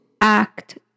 act